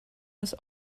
was